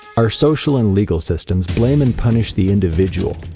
our social and legal systems blame and punish the individual.